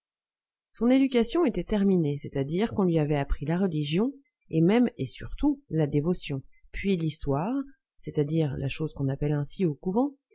son éducation était terminée c'est-à-dire on lui avait appris la religion et même et surtout la dévotion puis l'histoire c'est-à-dire la chose qu'on appelle ainsi au couvent